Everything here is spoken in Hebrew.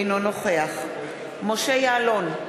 אינו נוכח משה יעלון,